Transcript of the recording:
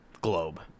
globe